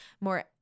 more